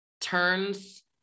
turns